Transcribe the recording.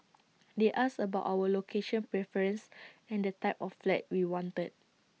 they asked about our location preference and the type of flat we wanted